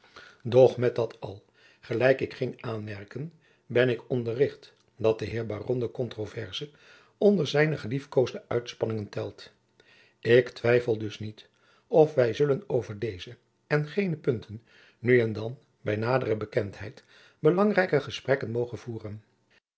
doch met dat al gelijk ik ging aanmerken ben ik onderricht dat de heer baron de controverse onder zijne geliefkoosde uitspanningen telt ik twijfel dus niet of wij zullen over deze en geene punten nu en dan bij nadere bekendheid belangrijke gesprekken mogen voeren